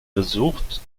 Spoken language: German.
versucht